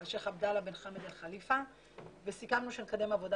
השייח' עבדאללה בן חאמד בן כליפה וסיכמנו שנקדם עבודה